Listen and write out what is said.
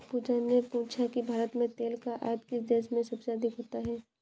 पूजा ने पूछा कि भारत में तेल का आयात किस देश से सबसे अधिक होता है?